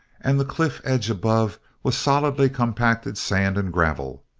and the cliff-edge above was solidly compacted sand and gravel.